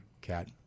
cat